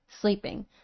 sleeping